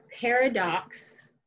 paradox